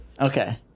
Okay